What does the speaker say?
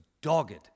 dogged